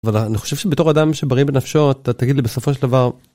אבל אני חושב שבתור אדם שבריא בנפשו אתה תגיד לי בסופו של דבר.